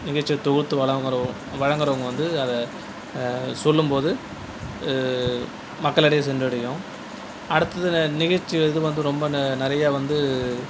நிகழ்ச்சியை தொகுத்து வழங்குகிறவ வழங்குகிறவங்க வந்து அதை சொல்லும் போது மக்களிடையே சென்றடையும் அடுத்தது நிகழ்ச்சி இது வந்து ரொம்ப நெ நிறையா வந்து